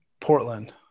Portland